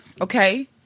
Okay